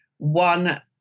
one